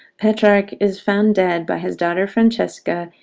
petrarch is found dead by his daughter francesca.